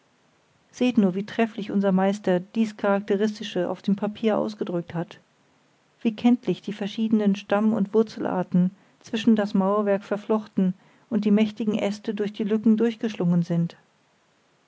seht nur wie trefflich unser meister dies charakteristische auf dem papier ausgedrückt hat wie kenntlich die verschiedenen stammund wurzelarten zwischen das mauerwerk verflochten und die mächtigen äste durch die lücken durchgeschlungen sind